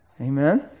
Amen